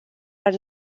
are